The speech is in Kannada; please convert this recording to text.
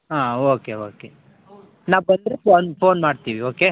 ಹಾಂ ಓಕೆ ಓಕೆ ನಾವು ಬಂದರೆ ಫೋನ್ ಫೋನ್ ಮಾಡ್ತೀವಿ ಓಕೆ